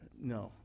no